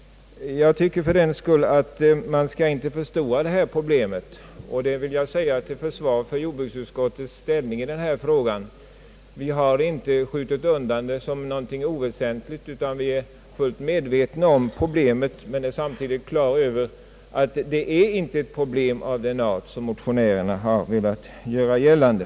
Jag tycker fördenskull att man inte skall förstora detta problem. Till försvar för jordbruksutskottets ställningstagande i denna fråga vill jag säga, att vi inte har skjutit undan detta som något oväsentligt utan att vi är fullt medvetna om problemet, men samtidigt är vi klara över att det inte är ett problem av den arten som motionärerna velat göra gällande.